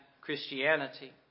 Christianity